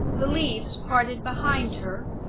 the leaves parted behind her,